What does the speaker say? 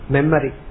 Memory